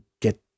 get